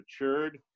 matured